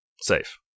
safe